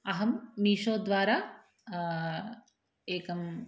अहं मीशोद्वारा एकम्